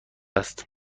است